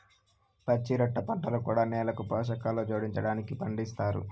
పచ్చిరొట్ట పంటలు కూడా నేలకు పోషకాలు జోడించడానికి పండిస్తారు